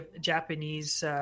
Japanese